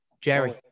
Jerry